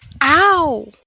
Ow